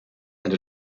and